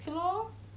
okay lor